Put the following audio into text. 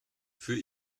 für